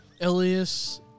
Elias